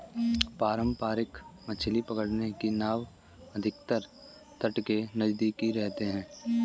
पारंपरिक मछली पकड़ने की नाव अधिकतर तट के नजदीक रहते हैं